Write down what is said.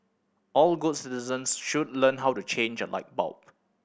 all good citizens should learn how to change a light bulb